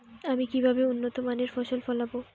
আমি কিভাবে উন্নত মানের ফসল ফলাবো?